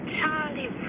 Charlie